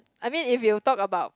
I mean if you talk about